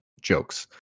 jokes